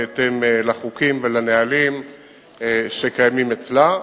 בהתאם לחוקים ולנהלים שקיימים אצלה.